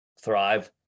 thrive